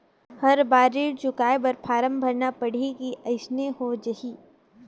हर बार ऋण चुकाय बर फारम भरना पड़ही की अइसने हो जहीं?